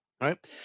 right